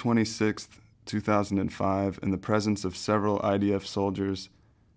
twenty sixth two thousand and five in the presence of several i d f soldiers